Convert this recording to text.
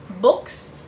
books